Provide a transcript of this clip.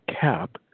cap